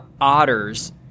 otters